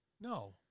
No